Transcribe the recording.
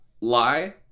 lie